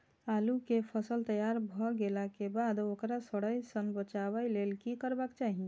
आलू केय फसल तैयार भ गेला के बाद ओकरा सड़य सं बचावय लेल की करबाक चाहि?